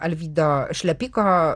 alvydo šlepiko